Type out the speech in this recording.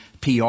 PR